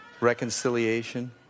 Reconciliation